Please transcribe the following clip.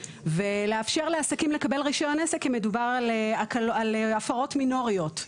ולאפשר לעסקים לקבל רישיון עסק אם מדובר על הפרות מינוריות.